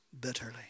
bitterly